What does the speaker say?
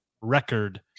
record